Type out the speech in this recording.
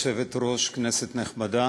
כבוד היושב-ראש, כנסת נכבדה,